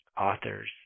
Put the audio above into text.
authors